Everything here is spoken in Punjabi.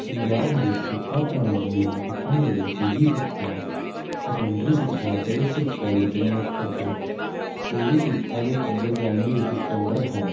ਪੰਜਾਬ ਵਿੱਚ ਸਿੱਖਿਆ ਪ੍ਰਣਾਲੀ ਨੂੰ ਸਿੱਖਣ ਲਈ ਤੀਜੀ ਸਿੱਖਿਆ ਸੈਕੰਡਰੀ ਸਿੱਖਿਆ ਤੇ ਉਹ ਸਿੱਖਿਆ ਦੇ ਤਿੰਨ ਮੁੱਖ ਪੱਧਰ ਸਕੂਲੀ ਸਿੱਖਿਆ ਦੇ ਪੱਧਰ ਪ੍ਰਾਇਮਰੀ ਅਤੇ ਸਕੈਂਡਰ ਹਨ